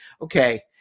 okay